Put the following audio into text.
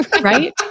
Right